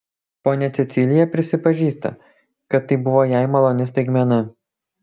ponia cecilija prisipažįsta kad tai buvo jai maloni staigmena